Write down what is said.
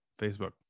Facebook